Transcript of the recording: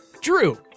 Drew